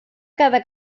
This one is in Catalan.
cada